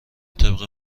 طبق